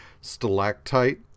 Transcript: stalactite